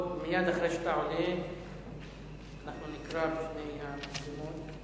מייד אחרי שאתה עולה אנחנו נקרא בפני המצלמות.